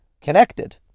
connected